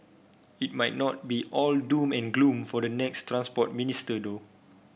it might not be all doom and gloom for the next Transport Minister though